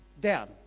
down